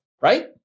right